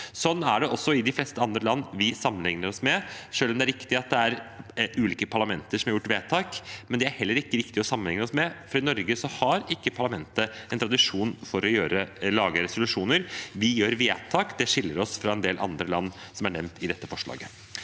Slik er det også i de fleste andre land vi sammenligner oss med. Det er riktig at det er ulike parlamenter som har gjort vedtak, men det er det heller ikke riktig å sammenligne seg med, for i Norge har ikke parlamentet en tradisjon for å lage resolusjoner. Vi gjør vedtak, og det skiller oss fra en del andre land som er nevnt i dette forslaget.